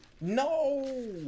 No